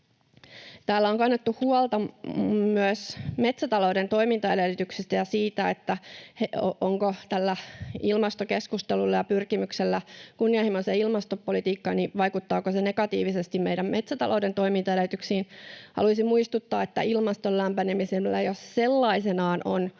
Täällä on kannettu huolta myös metsätalouden toimintaedellytyksistä ja siitä, vaikuttaako tämä ilmastokeskustelu ja pyrkimys kunnianhimoiseen ilmastopolitiikkaan negatiivisesti meidän metsätalouden toimintaedellytyksiin. Haluaisin muistuttaa, että ilmaston lämpenemisellä jo sellaisenaan on